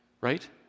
right